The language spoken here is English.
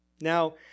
Now